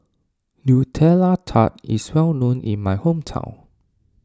Nutella Tart is well known in my hometown